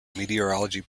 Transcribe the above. meteorology